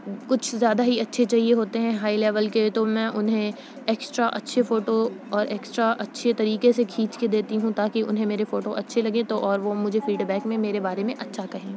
کچھ زیادہ ہی اچھے چاہیے ہوتے ہیں ہائی لیول کے تو میں انہیں اکسٹرا اچھے فوٹو اور اکسٹرا اچھے طریقے سے کھینچ کے دیتی ہوں تاکہ انہیں میرے فوٹو اچھے لگے تو اور وہ مجھے فیڈ بیک میں میرے بارے میں اچھا کہیں